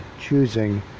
choosing